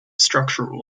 structural